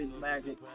Magic